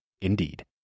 Indeed